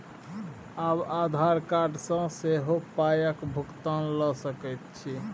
आब आधार कार्ड सँ सेहो पायक भुगतान ल सकैत छी